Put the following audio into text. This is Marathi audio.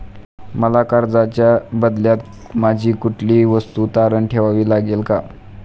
मला कर्जाच्या बदल्यात माझी कुठली वस्तू तारण ठेवावी लागेल का?